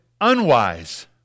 unwise